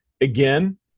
Again